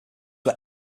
are